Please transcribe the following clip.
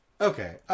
Okay